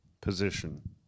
position